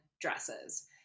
dresses